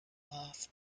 off